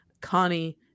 Connie